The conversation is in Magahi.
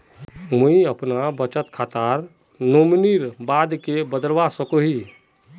मुई अपना बचत खातार नोमानी बाद के बदलवा सकोहो ही?